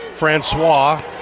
Francois